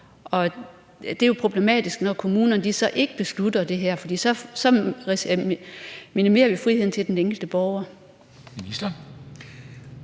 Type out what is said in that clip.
det er jo problematisk, når kommunerne så ikke beslutter det her. For så minimerer vi friheden til den enkelte borger. Kl.